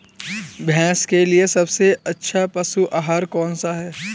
भैंस के लिए सबसे अच्छा पशु आहार कौनसा है?